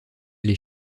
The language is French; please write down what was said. les